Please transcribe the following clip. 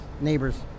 neighbors